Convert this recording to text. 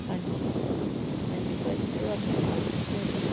ਹਾਂਜੀ ਹਾਂਜੀ ਭਾਅ ਜੀ ਧੰਨਵਾਦ ਜੀ ਤੁਹਾਡਾ